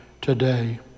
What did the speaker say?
today